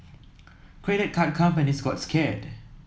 credit card companies got scared